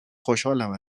خوشحالم